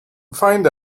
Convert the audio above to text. find